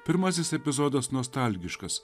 pirmasis epizodas nostalgiškas